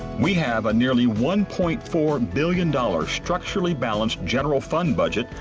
we have a nearly one point four billion dollars structurally balanced general fund budget,